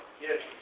Yes